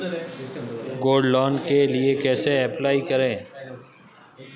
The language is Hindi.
गोल्ड लोंन के लिए कैसे अप्लाई करें?